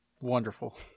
wonderful